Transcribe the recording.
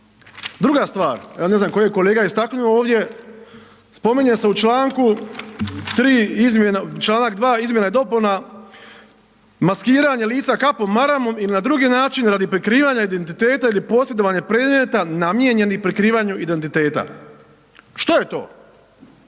Druga stvar, ja ne znam koje je kolega istaknuo ovdje, spominje se u članku 2. izmjena i dopuna „maskiranje lica kapom, maramom ili na drugi način radi prikrivanja identiteta ili posjedovanje predmeta namijenjenih prikrivanju identiteta“. Što je to?